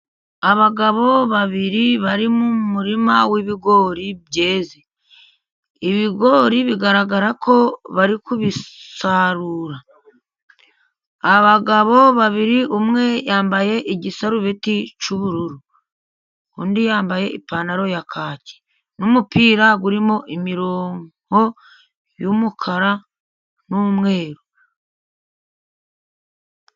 Abagabo babiri bari mu murima w'ibigori byeze, ibigori bigaragara ko bari kubisarura, abagabo babiri umwe yambaye igisarubeti cy'ubururu, undi yambaye ipantaro ya kaki n'umupira urimo imirongo y'umukara n'umweru.